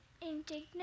indignant